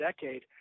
decade